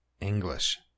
English